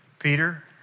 Peter